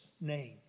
name